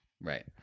Right